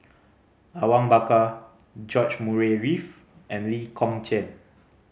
Awang Bakar George Murray Reith and Lee Kong Chian